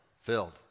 filled